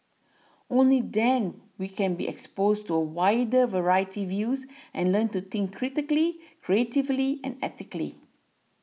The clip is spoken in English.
only them we can be exposed to a wider variety views and learn to think critically creatively and ethically